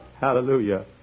Hallelujah